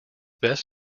best